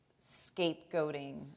scapegoating